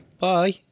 bye